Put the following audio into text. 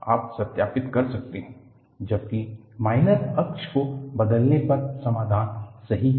आप सत्यापित कर सकते हैं जबकि माइनर अक्ष को बदलने पर समाधान सही है